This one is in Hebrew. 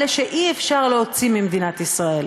אלה שאי-אפשר להוציא ממדינת ישראל,